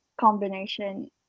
combination